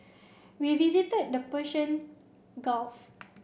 we visited the Persian Gulf